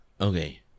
Okay